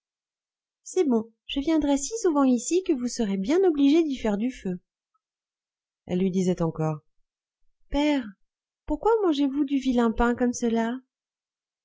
c'est bon je viendrai si souvent ici que vous serez bien obligé d'y faire du feu elle lui disait encore père pourquoi mangez vous du vilain pain comme cela